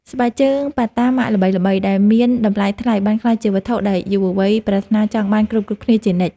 ស្បែកជើងប៉ាតាម៉ាកល្បីៗដែលមានតម្លៃថ្លៃបានក្លាយជាវត្ថុដែលយុវវ័យប្រាថ្នាចង់បានគ្រប់ៗគ្នាជានិច្ច។